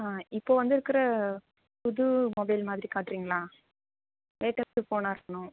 ஆ இப்போது வந்திருக்குற புது மொபைல் மாதிரி காட்டுகிறீங்களா லேட்டஸ்ட்டு ஃபோனாக இருக்கணும்